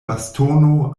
bastono